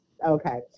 Okay